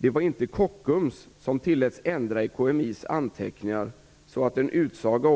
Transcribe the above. Det var inte Kockums som tilläts ändra i KMI:s anteckningar, så att en utsaga